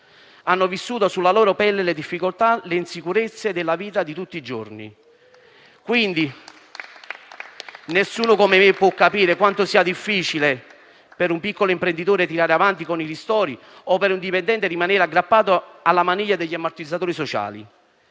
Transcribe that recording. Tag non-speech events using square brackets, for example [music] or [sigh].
hanno vissuto sulla loro pelle le difficoltà e le insicurezze della vita di tutti i giorni. [applause] Nessuno come me, quindi, può capire quanto sia difficile per un piccolo imprenditore tirare avanti con i ristori o per un dipendente rimanere aggrappato alla maniglia degli ammortizzatori sociali.